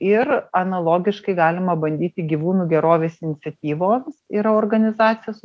ir analogiškai galima bandyti gyvūnų gerovės iniciatyvoms yra organizacijos